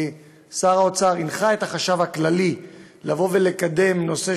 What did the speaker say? שר האוצר הנחה את החשב הכללי לקדם נושא